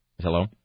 Hello